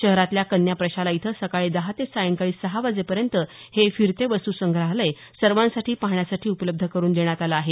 शहरातल्या कन्या प्रशाला इथं सकाळी दहा ते सायंकाळी सहा वाजेपर्यंत हे फिरते वस्तूसंग्रहालय सर्वांसाठी पाहण्यासाठी उपलब्ध करून देण्यात आलं आहे